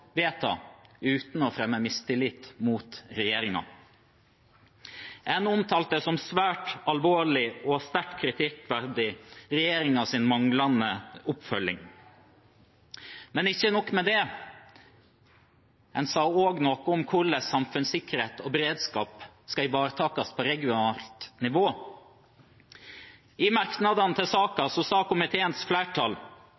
vedta uten å fremme mistillit mot regjeringen. En omtalte regjeringens manglende oppfølging som svært alvorlig og sterkt kritikkverdig. Men ikke nok med det, en sa også noe om hvordan samfunnssikkerhet og beredskap skal ivaretas på regionalt nivå. I merknadene til